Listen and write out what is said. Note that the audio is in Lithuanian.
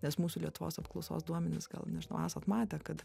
nes mūsų lietuvos apklausos duomenys gal nežinau esat matę kad